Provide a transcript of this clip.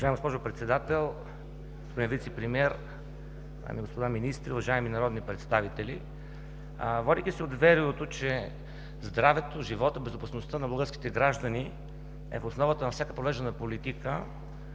Вицепремиер, дами и господа министри, уважаеми народни представители! Водейки се от веруюто, че здравето, животът, безопасността на българските граждани е в основата на всяка провеждана политика